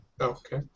Okay